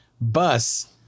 bus